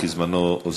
כי זמנו אוזל.